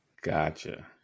Gotcha